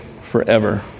forever